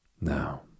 Now